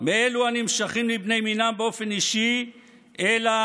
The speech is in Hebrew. מאלו הנמשכים לבני מינם באופן אישי אלא